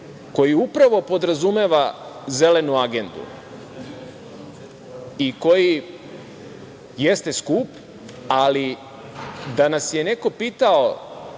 koji upravo podrazumeva zelenu agendu i koji jeste skup, ali da nas je neko pitao